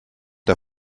der